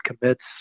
commits